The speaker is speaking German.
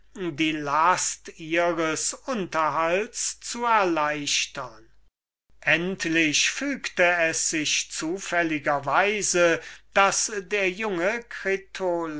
die last ihres unterhalts zu erleichtern endlich fügte es sich zufälliger weise daß der junge